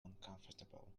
uncomfortable